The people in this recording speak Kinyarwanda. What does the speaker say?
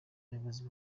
abayobozi